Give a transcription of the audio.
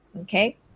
okay